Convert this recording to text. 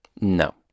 No